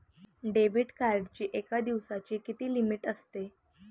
Debit कार्डची एका दिवसाची किती लिमिट असते?